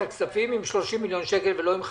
הכספים עם 30 מיליון שקל ולא עם 50,